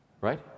Right